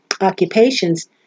occupations